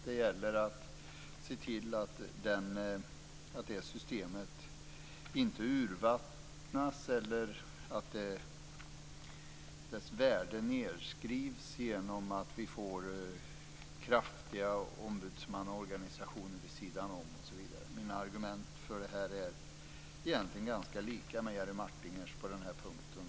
Det gäller att se till att det systemet inte urvattnas eller att dess värde nedskrivs genom att vi får kraftiga ombudsmannaorganisationer vid sidan om osv. Mina argument är egentligen ganska lika Jerry Martingers på den här punkten.